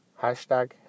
hashtag